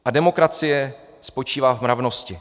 A demokracie spočívá v mravnosti.